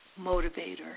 motivator